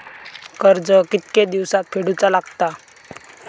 कर्ज कितके दिवसात फेडूचा लागता?